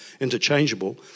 interchangeable